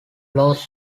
lost